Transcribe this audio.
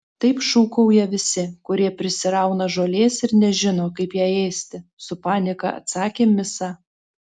taip šūkauja visi kurie prisirauna žolės ir nežino kaip ją ėsti su panieka atsakė misa